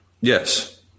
Yes